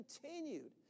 continued